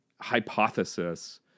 hypothesis